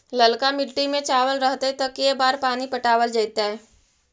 ललका मिट्टी में चावल रहतै त के बार पानी पटावल जेतै?